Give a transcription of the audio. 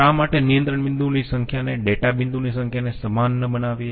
શા માટે નિયંત્રણ બિંદુઓની સંખ્યાને ડેટા બિંદુઓની સંખ્યાને સમાન ન બનાવીએ